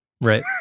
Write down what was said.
Right